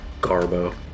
garbo